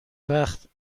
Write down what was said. وخت